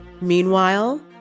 Meanwhile